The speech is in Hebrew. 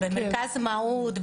במרכז מהו"ת,